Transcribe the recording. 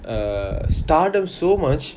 err stardom so much